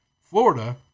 Florida